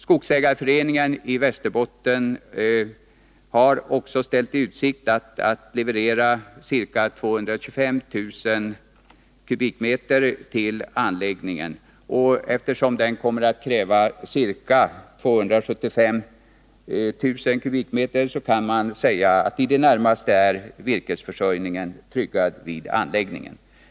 Skogsägarföreningen i Västerbotten har också ställt i utsikt att man skall leverera ca 225 000 m? virke till anläggningen. Eftersom denna kommer att kräva ca 275 000 m? kan man säga att virkesförsörjningen där i det närmaste är tryggad.